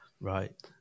Right